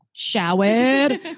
showered